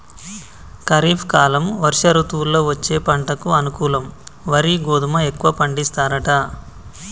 ఖరీఫ్ కాలం వర్ష ఋతువుల్లో వచ్చే పంటకు అనుకూలం వరి గోధుమ ఎక్కువ పండిస్తారట